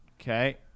Okay